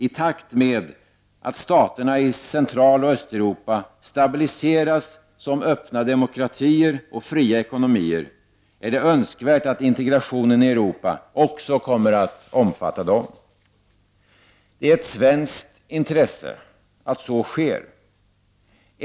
I takt med att staterna i Centraloch Östeuropa stabiliseras som öppna demokratier och fria ekonomier är det önskvärt att integrationen i Europa också kommer att omfatta dem. Det är ett svenskt intresse att så sker.